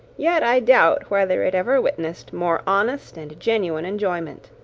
yet i doubt whether it ever witnessed more honest and genuine enjoyment.